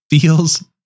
feels